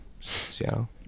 Seattle